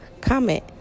comment